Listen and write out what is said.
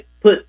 put